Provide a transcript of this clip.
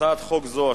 הצעת חוק זו,